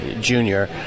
junior